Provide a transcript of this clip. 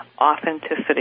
authenticity